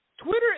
Twitter